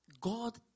God